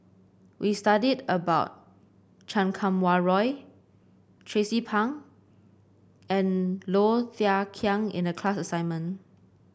we studied about Chan Kum Wah Roy Tracie Pang and Low Thia Khiang in the class assignment